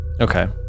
Okay